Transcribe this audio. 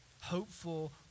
hopeful